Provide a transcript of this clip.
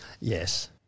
Yes